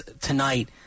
tonight